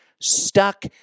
stuck